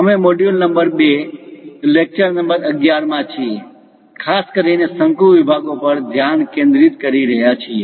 અમે module number 2 lecture number 11 માં છીએ ખાસ કરીને શંકુ વિભાગો પર ધ્યાન કેન્દ્રિત કરી રહ્યા છીએ